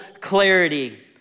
clarity